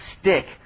stick